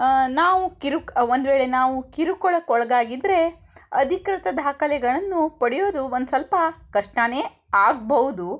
ನಾವು ಕಿರುಕ್ ಒಂದ್ವೇಳೆ ನಾವು ಕಿರುಕುಳಕ್ಕೊಳಗಾಗಿದ್ರೆ ಅಧಿಕೃತ ದಾಖಲೆಗಳನ್ನು ಪಡೆಯೋದು ಒಂದು ಸ್ವಲ್ಪ ಕಷ್ಟನೇ ಆಗಬಹುದು